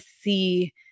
see